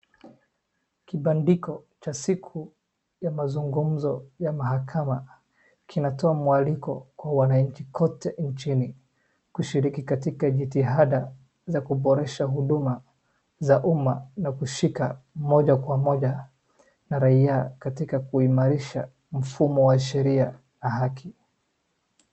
Kibandiko cha siku ya mazungumzo ya mahakama kinatoa mwaliko kwa wananchi kote nchini kushiriki katika jitihada za kuboresha huduma za umma na kushika moja kwa moja na raia katika kuimarisha mfumo wa sheria na haki.